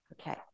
Okay